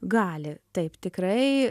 gali taip tikrai